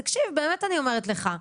תקשיב, אני באמת אומרת לך: